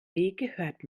gehört